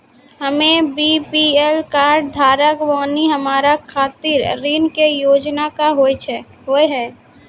हम्मे BPL card धारक बानि हमारा खातिर ऋण के योजना का होव हेय?